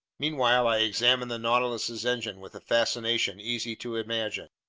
meanwhile i examined the nautilus's engine with a fascination easy to imagine.